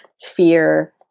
fear